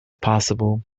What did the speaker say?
possible